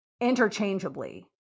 interchangeably